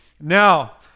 Now